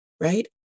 right